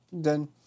done